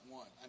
one